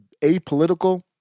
apolitical